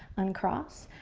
uncross.